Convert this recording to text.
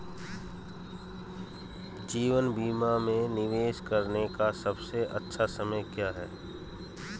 जीवन बीमा में निवेश करने का सबसे अच्छा समय क्या है?